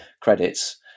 credits